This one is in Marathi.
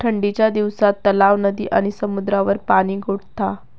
ठंडीच्या दिवसात तलाव, नदी आणि समुद्रावर पाणि गोठता